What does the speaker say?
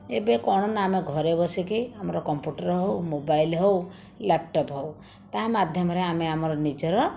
ଏବେ କ'ଣ ନା ଆମେ ଘରେ ବସିକି ଆମର କମ୍ପ୍ୟୁଟର ହେଉ ମୋବାଇଲ ହେଉ ଲ୍ୟାପଟପ୍ ହେଉ ତା'ମାଧ୍ୟମରେ ଆମେ ଆମର ନିଜର